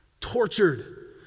Tortured